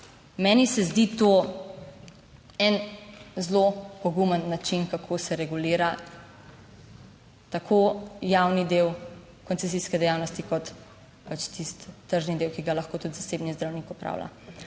Meni se zdi to en zelo pogumen način, kako se regulira tako javni del koncesijske dejavnosti kot pač tisti tržni del, ki ga lahko tudi zasebni zdravnik opravlja.